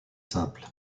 simple